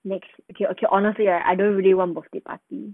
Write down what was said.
next okay okay honestly right I don't really want birthday party